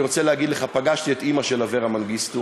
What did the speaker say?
אני רוצה להגיד לך: פגשתי את אימא של אברה מנגיסטו,